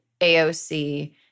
AOC